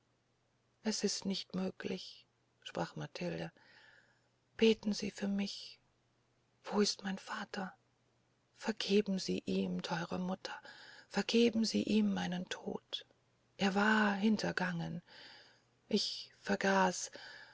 es ist nicht möglich sprach matilde beten sie für mich wo ist mein vater vergeben sie ihm theure mutter vergeben sie ihm meinen tod er war hintergangen ich vergaß